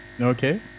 Okay